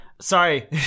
sorry